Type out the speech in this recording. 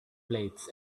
plates